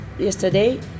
Yesterday